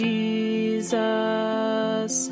Jesus